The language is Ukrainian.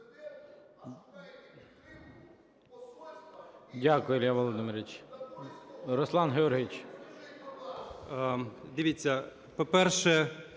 Дякую, Ілля Володимирович. Руслан Георгійович.